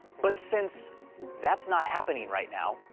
but since that's not happening right now,